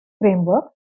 framework